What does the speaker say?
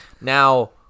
Now